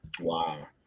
Wow